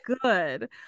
good